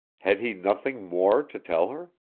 had he nothing more to tell her?